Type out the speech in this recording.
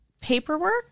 paperwork